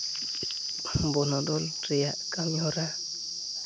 ᱵᱚᱱᱚᱫᱚᱞ ᱨᱮᱭᱟᱜ ᱠᱟᱹᱢᱤ ᱦᱚᱨᱟ